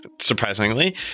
surprisingly